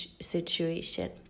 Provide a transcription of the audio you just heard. situation